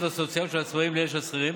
הסוציאליות של עצמאים לאלה של שכירים